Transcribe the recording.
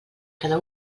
cada